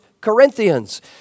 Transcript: Corinthians